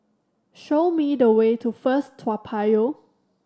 show me the way to First Toa Payoh